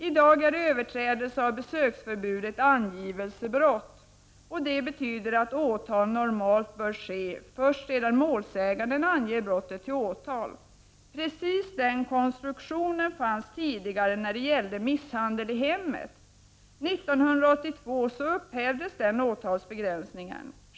I dag är överträdelse av besöksförbudet angivelsebrott. Det betyder att åtal normalt bör ske först sedan målsäganden anger brottet till åtal. Precis den konstruktionen fanns tidigare när det gällde misshandel i hemmet. 1982 upphävdes den åtalsbegränsningen.